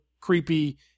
creepy